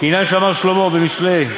כעניין שאמר שלמה במשלי: